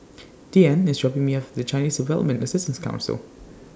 Deeann IS dropping Me off At Chinese Development Assistance Council